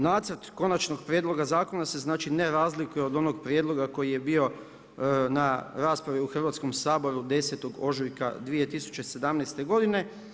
Nacrt konačnog prijedloga zakona se razlikuje od onog prijedloga koji je bio na raspravi u Hrvatskom saboru 10. ožujka 2017. godine.